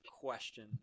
question